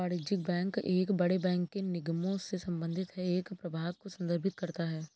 वाणिज्यिक बैंक एक बड़े बैंक के निगमों से संबंधित है एक प्रभाग को संदर्भित करता है